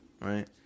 right